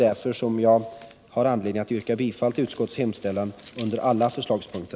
Därför yrkar jag bifall till utskottets hemställan på alla punkter.